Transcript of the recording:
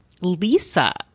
Lisa